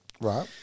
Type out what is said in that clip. Right